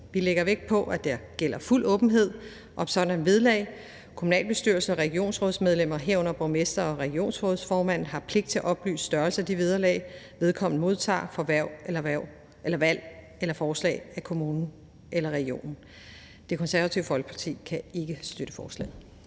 Vi lægger vægt på, at der gælder fuld åbenhed om sådanne vederlag; kommunalbestyrelses- og regionsrådsmedlemmer, herunder borgmestre og regionsrådsformænd, har pligt til at oplyse størrelsen af de vederlag, vedkommende modtager for hverv efter valg eller forslag af kommunen eller regionen. Det Konservative Folkeparti kan ikke støtte forslaget.